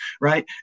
Right